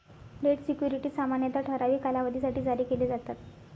date securities सामान्यतः ठराविक कालावधीसाठी जारी केले जातात